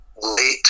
late